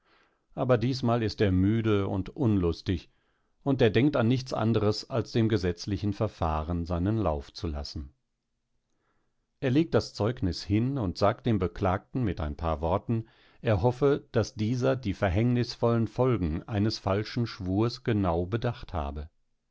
aber diesmal ist er müde und unlustig und er denkt an nichts anderes als dem gesetzlichen verfahren seinen lauf zu lassen er legt das zeugnis hin und sagt dem beklagten mit ein paar worten er hoffe daß dieser die verhängnisvollen folgen eines falschen schwurs genau bedacht habe